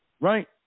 right